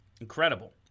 incredible